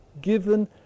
given